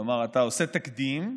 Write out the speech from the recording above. כלומר אתה עושה תקדים,